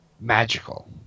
magical